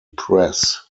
press